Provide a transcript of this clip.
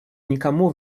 никому